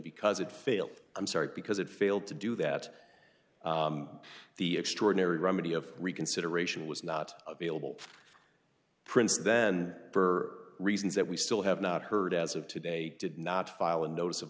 because it failed i'm sorry because it failed to do that the extraordinary remedy of reconsideration was not available prints then her reasons that we still have not heard as of today did not file a notice of